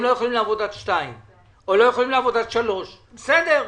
היא לא יכולה לעבוד עד 2:00 או עד 3:00. בסדר.